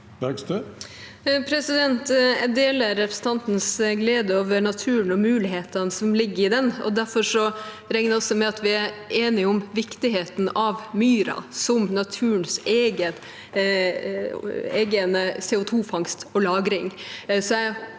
Jeg deler represen- tantens glede over naturen og mulighetene som ligger i den, og derfor regner jeg også med at vi er enige om viktigheten av myra som naturens egen CO2-fangst og -lagring.